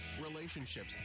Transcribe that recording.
relationships